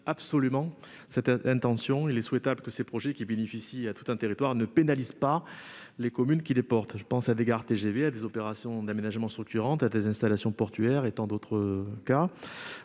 absolument cette intention. Il est souhaitable que ces projets, qui bénéficient à tout un territoire, ne pénalisent pas les communes qui les portent. Je pense à des gares TGV, à des opérations d'aménagement structurantes, à des installations portuaires et à tant d'autres cas.